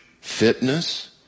fitness